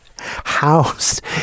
housed